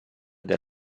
del